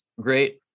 great